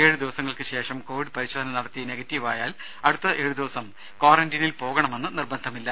ഏഴു ദിവസങ്ങൾക്ക് ശേഷം കോവിഡ് പരിശോധന നടത്തി നെഗറ്റീവായാൽ അടുത്ത ഏഴു ദിവസം ക്വാറന്റീനിൽ പോകണമെന്ന് നിർബന്ധമില്ല